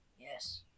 Yes